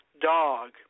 dog